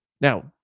Now